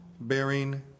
bearing